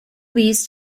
these